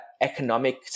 economic